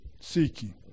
seeking